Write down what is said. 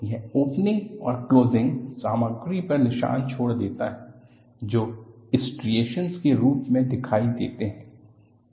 तो यह ओपनिंग और क्लोज़िंग सामग्री पर निशान छोड़ देता है जो स्ट्रीएश्न्स के रूप में दिखाई देते हैं